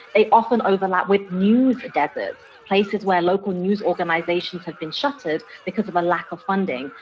they often overlap with news deserts, places where local news organizations have been shuttered because of a lack of funding.